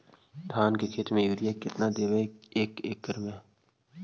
धान के खेत में युरिया केतना देबै एक एकड़ में?